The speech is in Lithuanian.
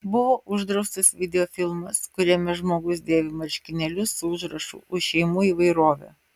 buvo uždraustas videofilmas kuriame žmogus dėvi marškinėlius su užrašu už šeimų įvairovę